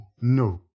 no